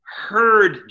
heard